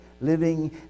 living